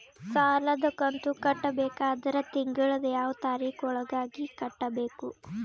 ಸಾಲದ ಕಂತು ಕಟ್ಟಬೇಕಾದರ ತಿಂಗಳದ ಯಾವ ತಾರೀಖ ಒಳಗಾಗಿ ಕಟ್ಟಬೇಕು?